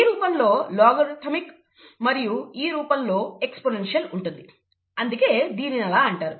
ఈ రూపం లో లోగరిథమిక్ మరియు ఈ రూపం లో ఎక్స్పోనెన్షియల్ ఉంటుంది అందుకే దీనిని అలా అంటారు